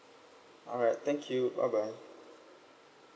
alright thank you bye bye